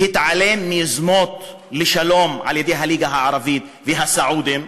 התעלם מיוזמות לשלום של הליגה הערבית והסעודים,